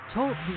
Talk